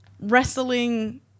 wrestling